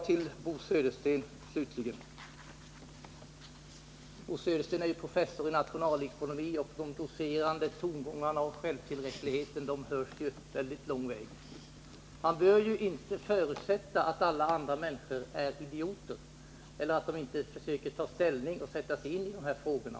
Till Bo Södersten slutligen: Bo Södersten är ju professor i nationalekonomi, och de docerande tongångarna hörs väldigt lång väg och självtillräckligheten märks. Bo Södersten bör inte förutsätta att alla andra människor är idioter eller att de inte försöker ta ställning och sätta sig in i de här frågorna.